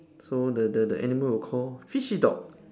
so the the the animal will call fishy dog